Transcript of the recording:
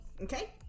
Okay